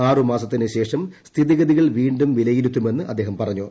ആറുമാസത്തിന് ശേഷം സ്ഥിതിഗതികൾ വീണ്ടും വിലയിരുത്തുമെന്ന് അദ്ദേഹം പറഞ്ഞു